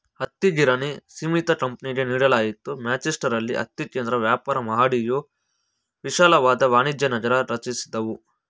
ಹತ್ತಿಗಿರಣಿ ಸೀಮಿತ ಕಂಪನಿಗೆ ನೀಡಲಾಯ್ತು ಮ್ಯಾಂಚೆಸ್ಟರಲ್ಲಿ ಹತ್ತಿ ಕೇಂದ್ರ ವ್ಯಾಪಾರ ಮಹಡಿಯು ವಿಶಾಲವಾದ ವಾಣಿಜ್ಯನಗರ ರಚಿಸಿದವು